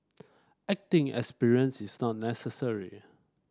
acting experience is not necessary